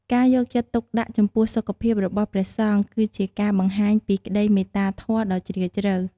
ការយកចិត្តទុកដាក់ចំពោះសុខភាពរបស់ព្រះសង្ឃ គឺជាការបង្ហាញពីក្តីមេត្តាធម៌ដ៏ជ្រាលជ្រៅ។